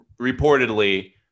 reportedly